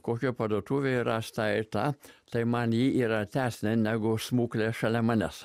kokia parduotuvė ir aš tai tad tai man ji yra artesnė negu smuklė šalia manęs